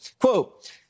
Quote